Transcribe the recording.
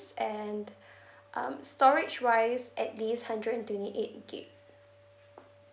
and um storage wise at least hundred and twenty eight gigabyte